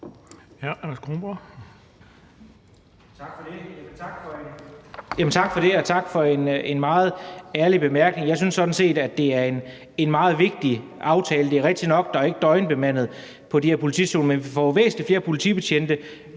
Tak for det. Og tak for et meget ærligt svar. Jeg synes sådan set, at det er en meget vigtig aftale. Det er rigtigt nok, at der ikke er døgnbemanding på de her politistationer, men vi får væsentlig flere politibetjente